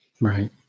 Right